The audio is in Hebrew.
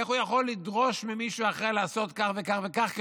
איך הוא יכול לדרוש ממישהו אחר לעשות כך וכך וכך כשהוא,